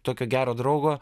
tokio gero draugo